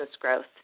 growth